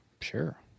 Sure